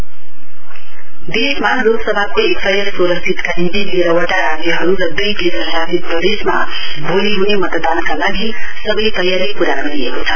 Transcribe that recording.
लोक सभा पोल देशमा लोकसभाको एकसय सोह्र सीटका लागि तेह्रवटा राज्यहरू र द्रइ केन्द्र शासित प्रदेशमा भोलि ह्ने मतदानका लागि सबै तयारी पूरा गरिएको छ